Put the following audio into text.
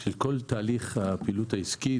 של כל תהליך הפעילות העסקית,